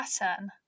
pattern